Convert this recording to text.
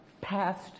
passed